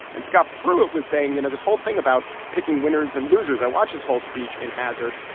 and scott pruitt was saying, you know, this whole thing about picking winners and losers i watched his whole speech in hazard.